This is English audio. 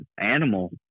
Animal